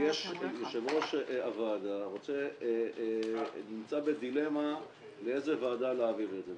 יושב-ראש הוועדה נמצא בדילמה לאיזו ועדה להעביר את זה,